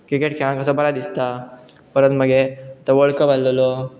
cricket खेळक कसो बरें दिसता परत मागी आतां वल्ड कप आहलेलो